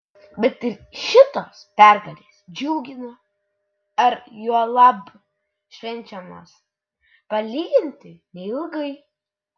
bet ir šitos pergalės džiugina ar juolab švenčiamos palyginti neilgai